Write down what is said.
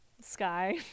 sky